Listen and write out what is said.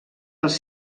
als